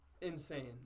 insane